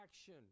action